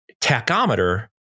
tachometer